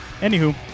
Anywho